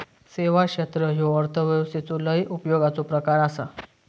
सेवा क्षेत्र ह्यो अर्थव्यवस्थेचो लय उपयोगाचो प्रकार आसा